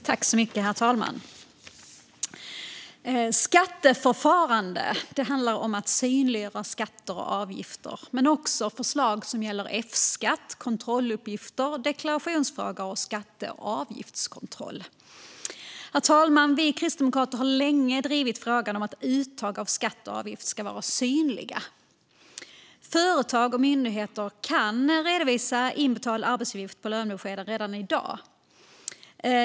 Herr talman! Betänkandet Skatteförfarande handlar om att synliggöra skatter och avgifter men också om förslag som gäller F-skatt, kontrolluppgifter, deklarationsfrågor och skatte och avgiftskontroll. Herr talman! Vi kristdemokrater har länge drivit frågan om att uttag av skatt och avgifter ska vara synliga. Företag och myndigheter kan redovisa inbetalda arbetsavgifter på lönebeskeden redan i dag.